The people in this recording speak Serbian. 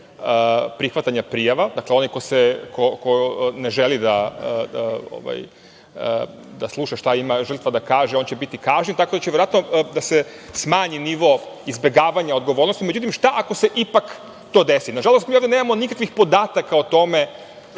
prihvatanja prijava, dakle, onaj ko ne želi da sluša šta ima žrtva da kaže, on će biti kažnjen, tako da će verovatno da se smanji nivo izbegavanja odgovornost. Međutim, šta ako se ipak to desi? Na žalost, mi ovde nemamo nikakvih podataka o tome